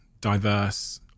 diverse